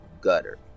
gutter